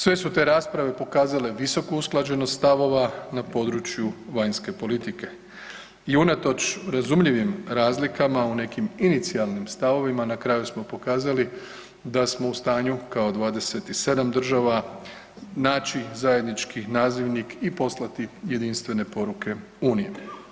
Sve su te rasprave pokazale visoku usklađenost stavova na području vanjske politike i unatoč razumljivim razlikama u nekim inicijalnim stavovima na kraju smo pokazali da smo u stanju kao i 27 država naći zajednički nazivnik i poslati jedinstvene poruke uniji.